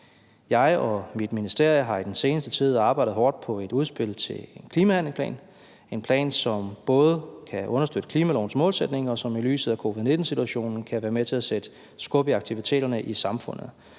Jeg og mit ministerium har i den seneste tid arbejdet hårdt på et udspil til en klimahandlingsplan, en plan, som både kan understøtte klimalovens målsætninger, og som i lyset af covid-19-situationen kan være med til at sætte skub i aktiviteterne i samfundet.